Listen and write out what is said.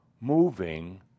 moving